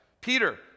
Peter